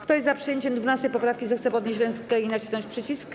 Kto jest za przyjęciem 12. poprawki, zechce podnieść rękę i nacisnąć przycisk.